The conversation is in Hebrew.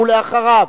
ואחריו,